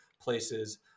places